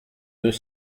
deux